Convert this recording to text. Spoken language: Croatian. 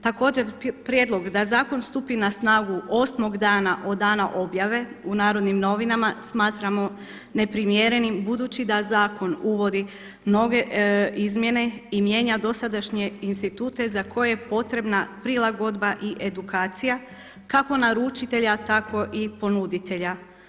Također prijedlog da zakon stupi na snagu osmog dana od dana objave u Narodnim novinama smatramo neprimjerenim budući da zakon uvodi mnoge izmjene i mijenja dosadašnje institute za koje je potrebna prilagodba i edukacija kako naručitelja, tako i ponuditelja.